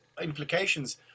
implications